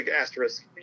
asterisk